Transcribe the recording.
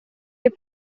alle